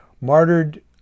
martyred